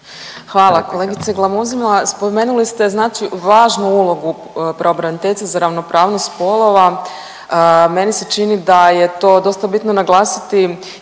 Hvala. Kolegice Glamuzina, spomenuli ste znači važnu ulogu pravobraniteljice za ravnopravnost spolova. Meni se čini da je to dosta bitno naglasiti